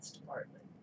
department